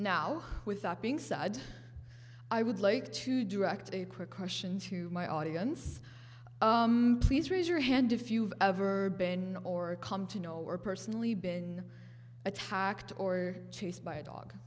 now with that being said i would like to direct a quick question to my audience please raise your hand if you've ever been or come to know or personally been attacked or chased by a dog